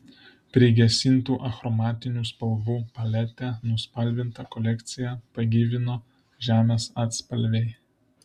prigesintų achromatinių spalvų palete nuspalvintą kolekciją pagyvino žemės atspalviai